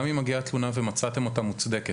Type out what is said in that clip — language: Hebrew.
גם אם מגיעה תלונה ומצאתם אותה מוצדקת,